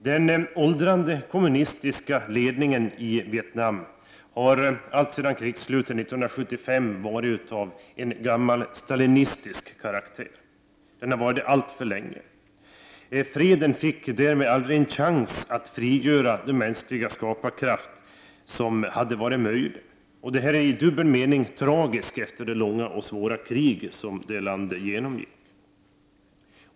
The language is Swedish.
Den åldrande kommunistiska ledningen i Vietnam har alltsedan krigsslutet 1975 varit av gammal stalinistisk karaktär, och den har varit det alltför länge. Freden fick därmed aldrig en chans att på det sätt som annars hade varit möjligt frigöra mänsklig skaparkraft. Det är i dubbel mening tragiskt, efter det långa och svåra krig som det landet genomgick.